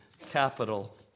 capital